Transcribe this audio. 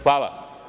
Hvala.